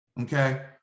okay